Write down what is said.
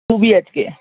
two B H કે